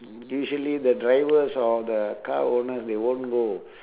usually the drivers of the car owners they won't go